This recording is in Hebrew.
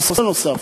נושא נוסף.